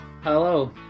Hello